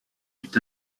dut